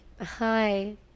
Hi